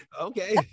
okay